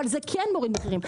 אבל זה כן מוריד מחירים,